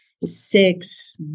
six